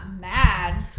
mad